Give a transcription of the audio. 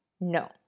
no